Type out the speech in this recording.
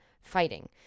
fighting